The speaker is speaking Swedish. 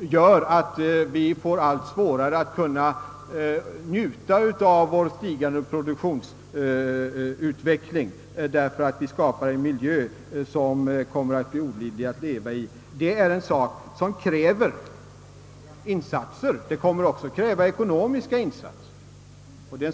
gör att vi får allt svårare att njuta av vår stigande produktionsutveckling därför att vi skapar en miljö som blir olidlig att leva i, kräver insatser, även ekonomiska insatser.